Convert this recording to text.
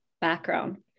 background